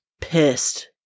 pissed